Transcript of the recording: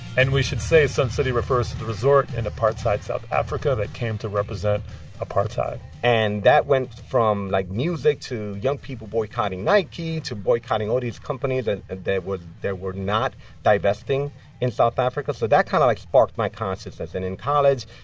and we should say sun city refers to the resort in apartheid south africa that came to represent apartheid and that went from, like, music to young people boycotting nike to boycotting all these companies and that were not divesting in south africa. so that kind of, like, sparked my consciousness. and in college,